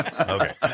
Okay